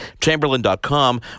Chamberlain.com